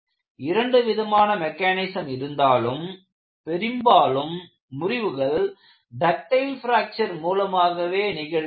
இரண்டு விதமான மெக்கானிசம் இருந்தாலும் பெரும்பாலும் முறிவுகள் டக்டைல் பிராக்சர் மூலமாகவே நிகழ்கின்றது